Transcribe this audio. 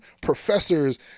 professors